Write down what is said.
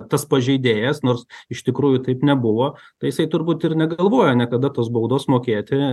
tas pažeidėjas nors iš tikrųjų taip nebuvo tai jisai turbūt ir negalvojo niekada tos baudos mokėti